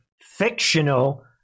fictional